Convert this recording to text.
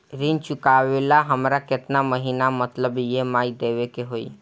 ऋण चुकावेला हमरा केतना के महीना मतलब ई.एम.आई देवे के होई?